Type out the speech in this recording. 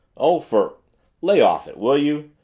oh, for lay off it, will you?